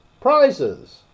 prizes